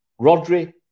Rodri